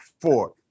four